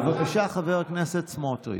בבקשה, חבר הכנסת סמוטריץ'.